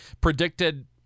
predicted